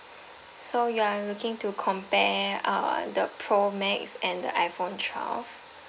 so you are looking to compare uh the pro max and the iPhone twelve